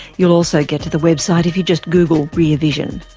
you'll also get to the website if you just google rear vision.